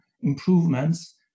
improvements